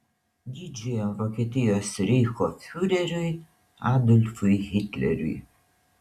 didžiojo vokietijos reicho fiureriui adolfui hitleriui